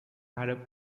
árabe